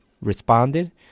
responded